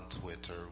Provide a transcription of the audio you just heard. Twitter